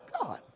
God